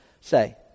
say